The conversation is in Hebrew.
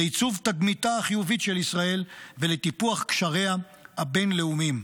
לעיצוב תדמיתה החיובית של ישראל ולטיפוח קשריה הבין-לאומיים.